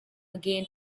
again